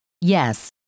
Yes